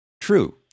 True